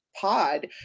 pod